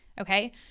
okay